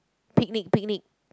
picnic picnic